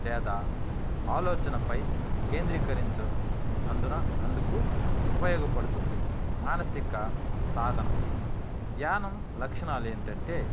లేదా ఆలోచనపై కేంద్రీకరించేందుకు ఉపయోగపడుతుంది మానసిక సాధన ధ్యానం లక్షణాలు ఏమిటి అంటే